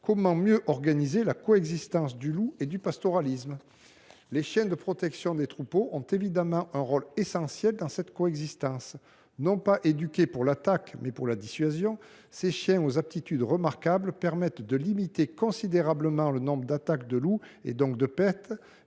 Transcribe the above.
comment mieux organiser la coexistence du loup et du pastoralisme ? Les chiens de protection des troupeaux ont évidemment un rôle essentiel à jouer dans cette coexistence. Éduqués non pas pour l’attaque, mais pour la dissuasion, ces chiens aux aptitudes remarquables limitent considérablement le nombre d’attaques de loups, donc les pertes,